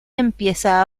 empieza